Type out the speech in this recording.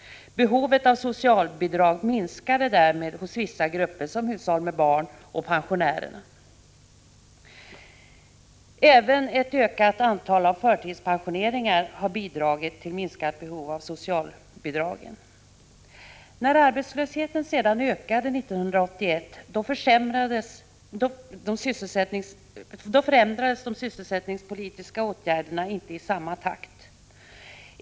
Behovet av socialbidrag har därför minskat hos vissa grupper, t.ex. hushåll med barn och pensionärer. Även ett ökat antal förtidspensioneringar har bidragit till ett minskat behov av socialbidrag. När arbetslösheten ökade 1981 förändrades de sysselsättningspolitiska åtgärderna inte i samma takt.